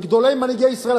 מגדולי מנהיגי ישראל,